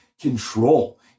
control